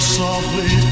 softly